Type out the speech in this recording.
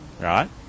right